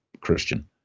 Christian